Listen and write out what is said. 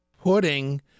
putting